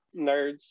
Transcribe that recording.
nerds